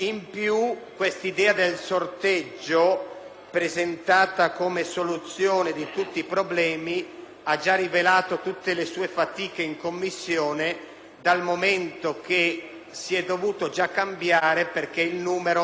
presentata come soluzione di tutti i problemi, ha già rivelato tutte le sue fatiche in Commissione, dal momento che si è dovuta già cambiare perché il numero in alcune discipline era insufficiente,